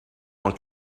van